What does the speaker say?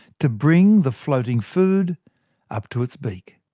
to bring the floating food up to its beak.